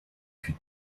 fut